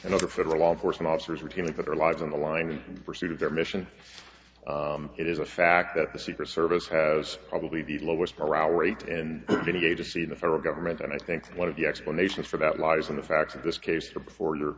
and other federal law enforcement officers routinely put their lives on the line and pursuit of their mission it is a fact that the secret service has probably the lowest morale rate and any agency in the federal government and i think one of the explanations for that lies in the facts of this case are before you